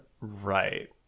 right